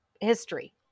history